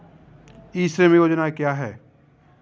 ई श्रम योजना क्या है?